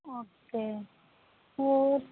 okay ਹੋਰ